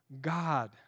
God